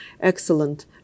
excellent